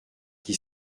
qui